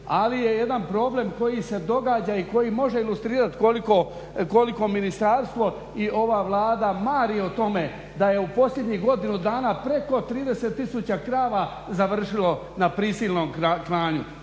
Ali je jedan problem koji se događa i koji može ilustrirati koliko ministarstvo i ova Vlada mari o tome da je u posljednjih godinu dana preko 30000 krava završilo na prisilnom klanju.